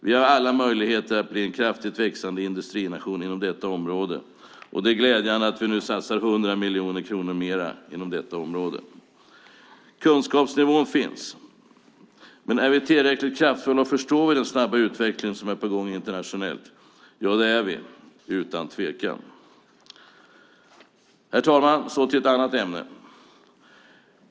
Vi har alla möjligheter att bli en kraftigt växande industrination inom detta område. Det är glädjande att vi nu satsar 100 miljoner kronor mer inom detta område. Kunskapen finns, men är vi tillräckligt kraftfulla och förstår vi den snabba utveckling som är på gång internationellt? Ja, utan tvekan. Herr talman! Så till ett annat ämne.